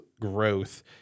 growth